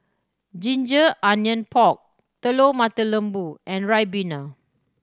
ginger onion pork Telur Mata Lembu and ribena